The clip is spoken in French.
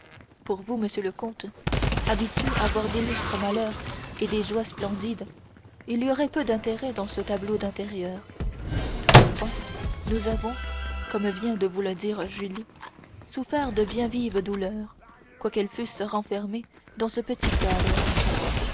pour vous monsieur le comte habitué à voir d'illustres malheurs et des joies splendides il y aurait peu d'intérêt dans ce tableau d'intérieur toutefois nous avons comme vient de vous le dire julie souffert de bien vives douleurs quoiqu'elles fussent renfermées dans ce petit cadre